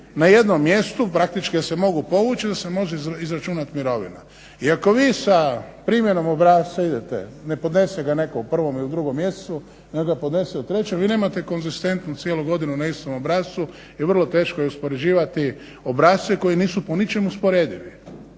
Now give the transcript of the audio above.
na jednom mjestu, praktički da se mogu povući da se može izračunat mirovina. I ako vi sa primjenom obrasca idete, ne podnese ga netko u 21. i u 2. mjesecu nego ga podnese u 3., vi nemate konzistentnu cijelu godinu na istom obrascu i vrlo teško je uspoređivati obrasce koji nisu po ničemu usporedivi.